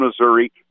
Missouri